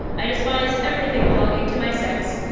i despised everything belonging to my sex,